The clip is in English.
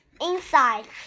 inside